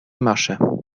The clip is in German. masche